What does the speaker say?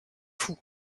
fou